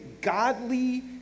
godly